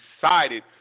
decided